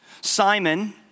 Simon